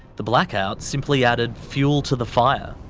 the blackout simply added fuel to the fire.